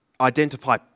identify